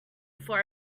for